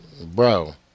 bro